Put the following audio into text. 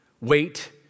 wait